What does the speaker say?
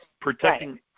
protecting